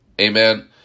Amen